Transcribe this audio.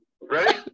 Ready